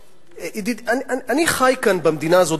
אני חי כאן במדינה הזאת,